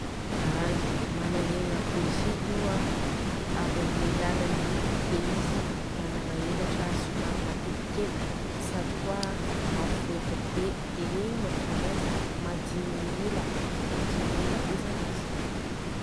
Ai, managnegna be si io a avy amin'ny alalan'ny le izy managna elatra somary matevitevina sady koa a maventy be dia igny matonga ananjy madigny ela, madigny ela be zany izy.